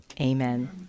Amen